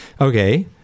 Okay